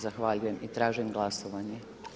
Zahvaljujem i tražim glasovanje.